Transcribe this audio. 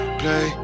play